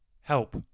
Help